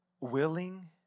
willing